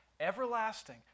Everlasting